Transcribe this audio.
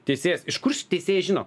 teisėjas iš kur teisėjas žino